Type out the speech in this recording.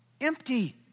empty